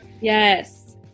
Yes